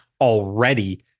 already